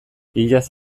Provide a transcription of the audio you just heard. iaz